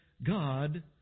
God